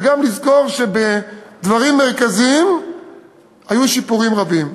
וגם לזכור שבדברים מרכזיים היו שיפורים רבים.